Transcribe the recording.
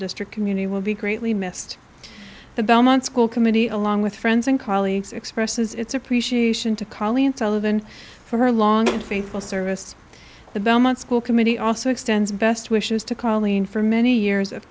district community will be greatly missed the belmont school committee along with friends and colleagues expresses its appreciation to caerleon televen for her long and faithful service the belmont school committee also extends best wishes to colleen for many years